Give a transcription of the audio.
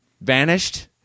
vanished